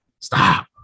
stop